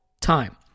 time